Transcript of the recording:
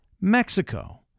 mexico